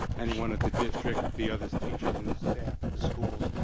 anyone at the district, the others, teachers and staff at the schools.